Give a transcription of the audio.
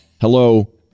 Hello